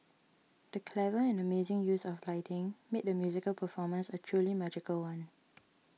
the clever and amazing use of lighting made the musical performance a truly magical one